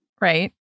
Right